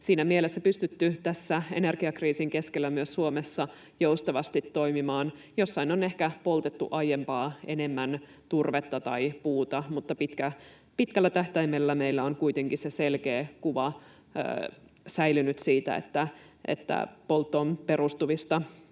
siinä mielessä pystytty tässä energiakriisin keskellä myös Suomessa joustavasti toimimaan. Jossain on ehkä poltettu aiempaa enemmän turvetta tai puuta, mutta pitkällä tähtäimellä meillä on kuitenkin säilynyt selkeä kuva siitä, että polttoon perustuvista